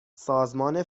سازمان